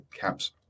caps